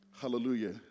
Hallelujah